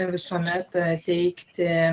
visuomet teikti